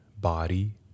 body